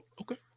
Okay